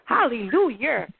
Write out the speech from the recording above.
Hallelujah